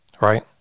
Right